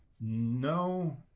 No